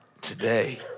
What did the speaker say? today